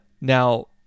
Now